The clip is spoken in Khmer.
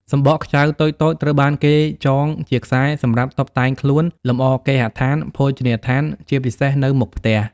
សំបកខ្ចៅតូចៗត្រូវបានគេចងជាខ្សែសម្រាប់តុបតែងខ្លួន លម្អគេហដ្ឋាន ភោជនិយដ្ឋាន ជាពិសេសនៅមុខផ្ទះ។